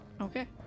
Okay